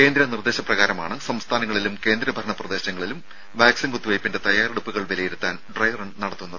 കേന്ദ്ര നിർദ്ദേശ പ്രകാരമാണ് സംസ്ഥാനങ്ങളിലും കേന്ദ്രഭരണ പ്രദേശങ്ങളിലും വാക്സിൻ കുത്തിവെയ്പിന്റെ തയ്യാറെടുപ്പുകൾ വിലയിരുത്താൻ ഡ്രൈറൺ നടത്തുന്നത്